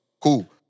Cool